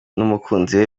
umukunzi